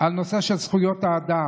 על נושא זכויות האדם?